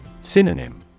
Synonym